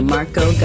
Marco